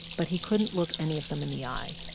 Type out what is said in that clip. but he couldn't look any of them in the eye.